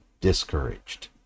discouraged